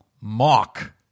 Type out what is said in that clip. Mock